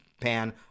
Pan